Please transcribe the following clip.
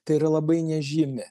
tai yra labai nežymi